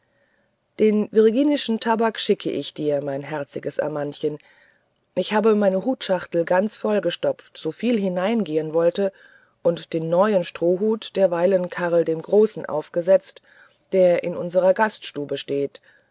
den virginischen tabak schicke ich dir mein herziges amandchen ich habe meine hutschachtel ganz vollgestopft soviel hineingehen wollte und den neuen strohhut derweile karl dem großen aufgesetzt der in unserer gaststube steht